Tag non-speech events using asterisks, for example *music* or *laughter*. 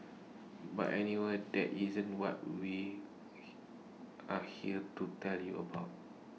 but anyway that isn't what we *noise* are here to tell you about